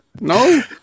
No